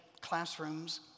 classrooms